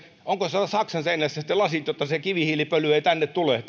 onko siellä saksan rajoilla sitten lasit jotta se kivihiilipöly tai hiilidioksidi ei tänne tule